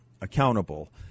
accountable